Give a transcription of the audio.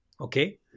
Okay